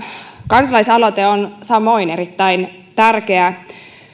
kansalaisaloite on samoin erittäin tärkeä